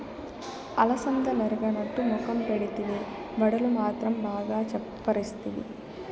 అలసందలెరగనట్టు మొఖం పెడితివే, వడలు మాత్రం బాగా చప్పరిస్తివి